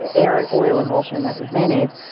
ah air and oil emulsion that is mayonnaise.